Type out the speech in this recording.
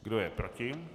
Kdo je proti?